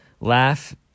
Laugh